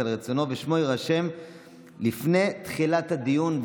על רצונו ושמו יירשם לפני תחילת הדיון,